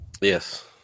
yes